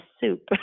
soup